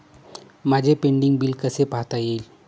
माझे pending bill कसे पाहता येईल?